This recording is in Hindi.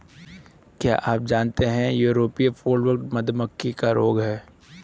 क्या आप जानते है यूरोपियन फॉलब्रूड मधुमक्खी का रोग है?